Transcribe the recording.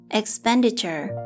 expenditure